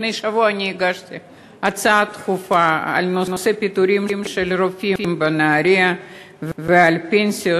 לפני שבוע הגשתי הצעה דחופה בנושא פיטורי רופאים בנהריה והפנסיות,